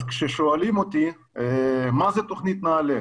כששואלים אותי מה זאת תוכנית נעל"ה,